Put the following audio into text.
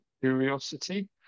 curiosity